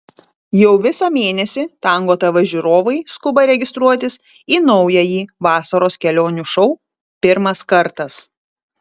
jau visą mėnesį tango tv žiūrovai skuba registruotis į naująjį vasaros kelionių šou pirmas kartas